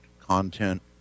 content